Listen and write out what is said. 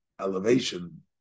elevation